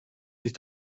sich